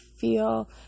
feel